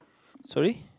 sorry